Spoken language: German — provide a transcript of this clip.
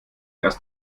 erst